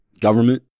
government